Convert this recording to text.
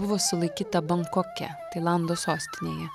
buvo sulaikyta bankoke tailando sostinėje